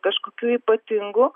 kažkokių ypatingų